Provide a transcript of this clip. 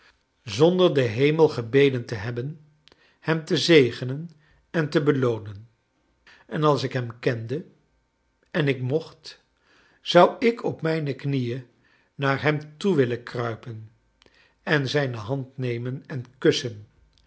zonder den hemel gebeden te i hebben hem te zegenen en te be loonen en als ik hem kende en ik mocht zou ik op mijn knieen naar hem toe willen kruipen en zijne hand j nemen en kussen